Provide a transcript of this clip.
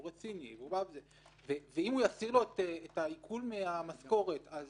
הוא רציני ואם הוא יסיר לו את העיקול מהמשכורת זה